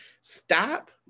stop